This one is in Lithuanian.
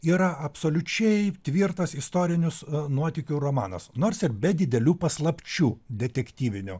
yra absoliučiai tvirtas istorinis nuotykių romanas nors ir be didelių paslapčių detektyvinių